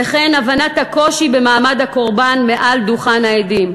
וכן הבנת הקושי במעמד הקורבן מעל דוכן העדים.